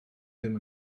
ddim